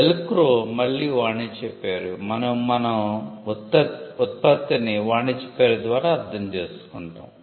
velcro మళ్ళీ వాణిజ్య పేరు మరియు మనం ఉత్పత్తిని వాణిజ్య పేరు ద్వారా అర్థం చేసుకుంటాము